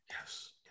Yes